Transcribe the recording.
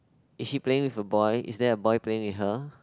is she playing with a boy is there a boy playing with her